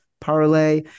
parlay